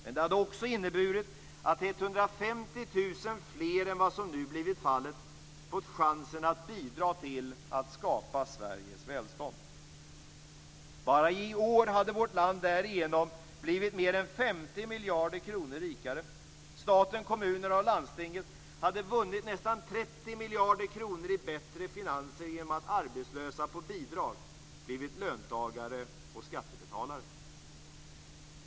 Men det hade också inneburit att 150 000 fler än vad som nu blivit fallet fått chansen att bidra till att skapa Sveriges välstånd. Bara i år hade vårt land därigenom blivit mer än 50 miljarder kronor rikare. Staten, kommunerna och landstingen hade vunnit nästan 30 miljarder kronor i bättre finanser genom att arbetslösa som får bidrag blivit löntagare och skattebetalare.